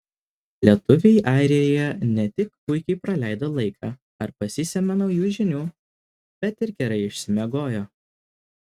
lietuviai airijoje ne tik puikiai praleido laiką ar pasisėmė naujų žinių bet ir gerai išsimiegojo